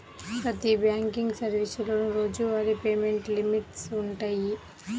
ప్రతి బ్యాంకింగ్ సర్వీసులోనూ రోజువారీ పేమెంట్ లిమిట్స్ వుంటయ్యి